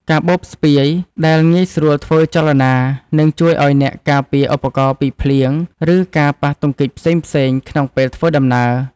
កាបូបស្ពាយដែលងាយស្រួលធ្វើចលនា នឹងជួយឱ្យអ្នកការពារឧបករណ៍ពីភ្លៀង ឬការប៉ះទង្គិចផ្សេងៗក្នុងពេលធ្វើដំណើរ។